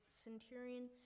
centurion